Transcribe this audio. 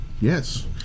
yes